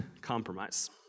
Compromise